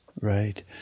Right